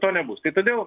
to nebus tai todėl